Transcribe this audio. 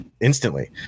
instantly